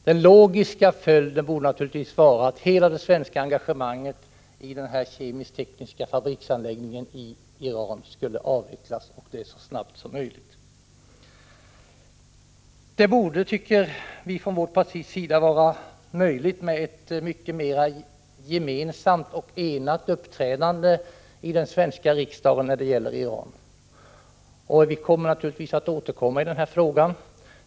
Den logiska följden borde naturligtvis vara att hela det svenska engagemanget i den här kemisk-tekniska fabriksanläggningen i Iran skulle avvecklas, och det så snabbt som möjligt. Det borde, tycker vi från vårt parti, vara möjligt med ett mycket mer gemensamt och enat uppträdande i den svenska riksdagen när det gäller Iran. Vi skall naturligtvis återkomma i den här frågan.